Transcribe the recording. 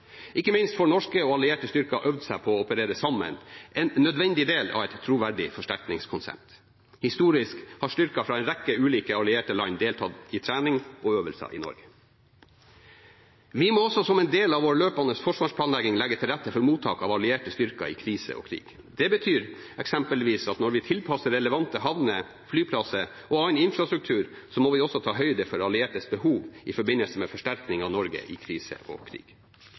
Ikke minst får norske og allierte styrker øvd seg på å operere sammen – en nødvendig del av et troverdig forsterkningskonsept. Historisk sett har styrker fra en rekke ulike allierte land deltatt i trening og øvelser i Norge. Vi må også som en del av vår løpende forsvarsplanlegging legge til rette for mottak av allierte styrker i krise og krig. Det betyr eksempelvis at når vi tilpasser relevante havner, flyplasser og annen infrastruktur, må vi også ta høyde for alliertes behov i forbindelse med forsterkning av Norge i krise og krig.